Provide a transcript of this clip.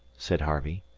said harvey.